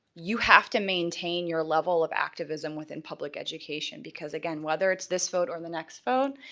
you have to maintain your level of activism within public education because, again, whether it's this vote or the next vote,